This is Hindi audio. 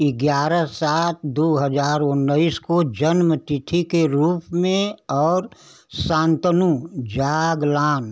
ग्यारह सात दो हजार उन्नीस को जन्मतिथि के रूप में और शांतनु जागलान